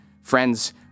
friends